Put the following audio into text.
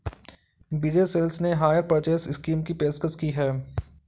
विजय sales ने hire purchase scheme की पेशकश की हैं